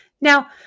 Now